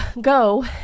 go